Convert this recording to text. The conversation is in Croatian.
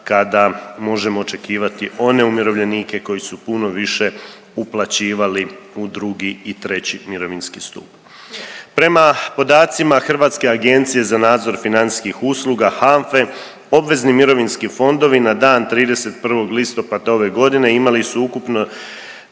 kada možemo očekivati one umirovljenike koji su puno više uplaćivali u 2. i 3. mirovinski stup. Prema podacima Hrvatske agencije za nadzor financijskih usluga, HANFA-e obvezni mirovinski fondovi na dan 31. listopada ove godine imali su ukupno